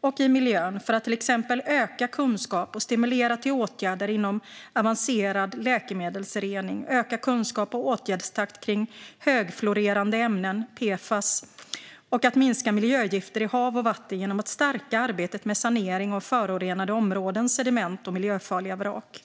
och i miljön och för att till exempel öka kunskap och stimulera till åtgärder inom avancerad läkemedelsrening, öka kunskap och åtgärdstakt kring högfluorerade ämnen - PFAS - och minska miljögifter i hav och vatten genom att stärka arbetet med sanering av förorenade områden, sediment och miljöfarliga vrak.